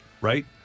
right